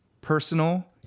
personal